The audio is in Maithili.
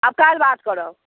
आब काज राज करब